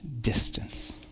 distance